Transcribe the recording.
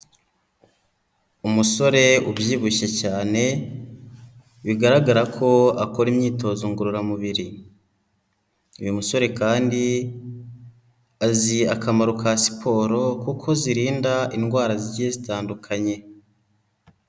Umusore ubyibushye cyane, bigaragara ko akora imyitozo ngororamubiri, uyu musore kandi azi akamaro ka siporo kuko zirinda indwara zigiye zitandukanye.